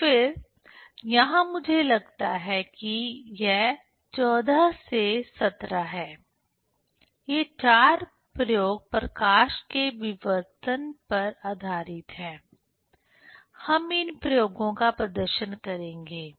तो फिर यहाँ मुझे लगता है कि यह 14 से 17 है ये चार प्रयोग प्रकाश के विवर्तन पर आधारित हैं हम इन प्रयोगों का प्रदर्शन करेंगे